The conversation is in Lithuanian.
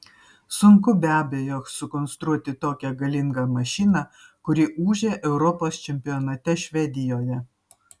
sunku be abejo sukonstruoti tokią galingą mašiną kuri ūžė europos čempionate švedijoje